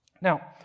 Now